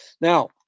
Now